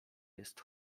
jest